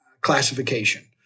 classification